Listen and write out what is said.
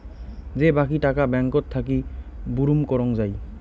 যে বাকী টাকা ব্যাঙ্কত থাকি বুরুম করং যাই